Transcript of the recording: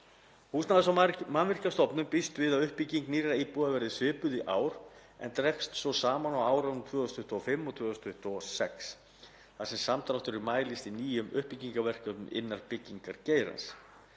Húsnæðis- og mannvirkjastofnun býst við að uppbygging nýrra íbúða verði svipuð í ár en dragist svo saman á árunum 2025 og 2026, þar sem samdráttur mælist í nýjum uppbyggingarverkefnum innan byggingargeirans.